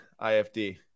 IFD